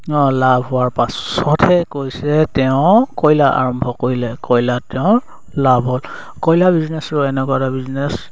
অঁ লাভ হোৱাৰ পাছতহে কৈছে তেওঁ কয়লা আৰম্ভ কৰিলে কয়লাত তেওঁৰ লাভ হ'ল কয়লা বিজনেছটো এনেকুৱা এটা বিজনেছ